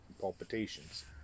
palpitations